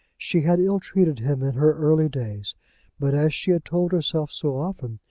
she had ill-treated him in her early days but, as she had told herself so often,